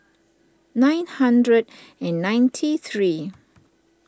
nine hundred and ninety three